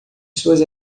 suas